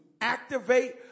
activate